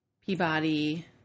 Peabody